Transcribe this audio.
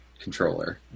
controller